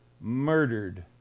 murdered